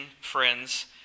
friends